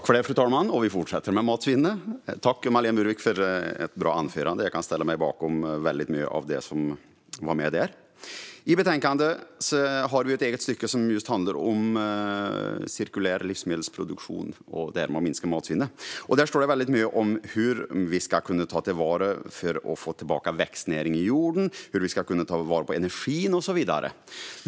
Fru talman! Vi fortsätter att tala om matsvinnet. Tack, Marlene Burwick, för ett bra anförande! Jag kan ställa mig bakom mycket av det som togs upp där. I betänkandet finns ett stycke som handlar just om cirkulär livsmedelsproduktion och om att minska matsvinnet. Där står mycket om hur vi ska kunna ta till vara matsvinnet för att få tillbaka växtnäring i jorden, hur vi ska kunna ta till vara energin och så vidare.